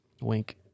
Wink